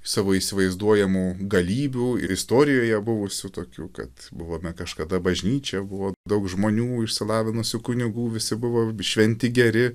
savo įsivaizduojamų galybių ir istorijoje buvusių tokių kad buvome kažkada bažnyčia buvo daug žmonių išsilavinusių kunigų visi buvo šventi geri